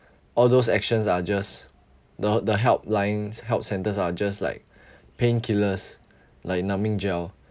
all those actions are just know the help lines health centres are just like painkillers like numbing gel